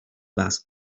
best